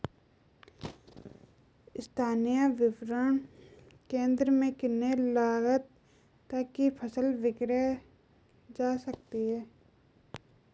स्थानीय विपणन केंद्र में कितनी लागत तक कि फसल विक्रय जा सकती है?